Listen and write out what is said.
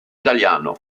italiano